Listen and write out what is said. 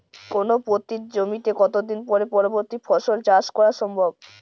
কোনো পতিত জমিতে কত দিন পরে পরবর্তী ফসল চাষ করা সম্ভব?